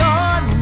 on